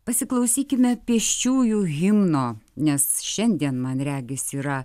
pasiklausykime pėsčiųjų himno nes šiandien man regis yra